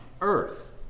earth